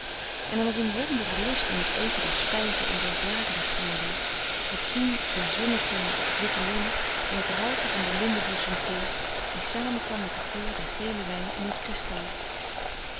en er was een wondere lust in het eten der spijzen onder bladerenschauw het zien der zonnekringen op het witte linnen en het ruiken van den lindenbloesemgeur die samen kwam met den geur der gele wijn in t kristal